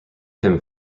him